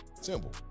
Simple